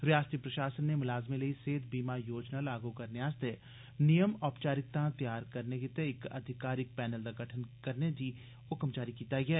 रयासती प्रशासन नै मलाजमें लेई सेहत बीमा योजना लागू करने आस्तै नियम ओपचारिकतां त्यार करने गितै इक अधिकारिक पैनल दा गठन करने दा हु कम जारी कीता ऐ